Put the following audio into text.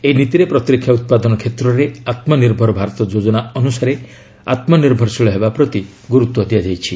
ଏହି ନୀତିରେ ପ୍ରତିରକ୍ଷା ଉତ୍ପାଦନ କ୍ଷେତ୍ରରେ ଆମୂନିର୍ଭର ଭାରତ ଯୋଜନା ଅନୁସାରେ ଆମୂନିର୍ଭରଶୀଳ ହେବା ପ୍ରତି ଗୁରୁତ୍ୱ ଦିଆଯାଇଛି